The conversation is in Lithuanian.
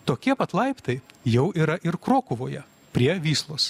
tokie pat laiptai jau yra ir krokuvoje prie vyslos